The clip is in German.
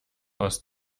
aus